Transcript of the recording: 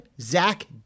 Zach